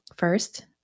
First